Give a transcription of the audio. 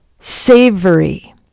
Savory